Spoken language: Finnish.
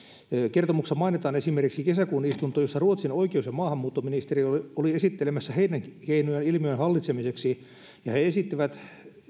kertomuksessa mainitaan esimerkiksi kesäkuun istunto jossa ruotsin oikeus ja maahanmuuttoministeriö oli esittelemässä heidän keinojaan ilmiön hallitsemiseksi ja he esittivät